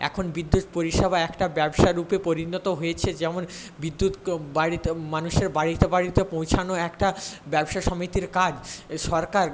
এখন বিদ্যুৎ পরিষেবা একটা ব্যবসা রূপে পরিণত হয়েছে যেমন বিদ্যুৎ বাড়িতে মানুষের বাড়িতে বাড়িতে পৌঁছানো একটা ব্যবসা সমিতির কাজ সরকার